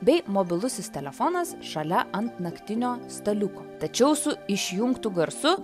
bei mobilusis telefonas šalia ant naktinio staliuko tačiau su išjungtu garsu